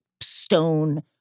stone